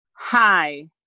Hi